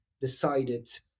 decided